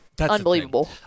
Unbelievable